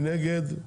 מי נגד?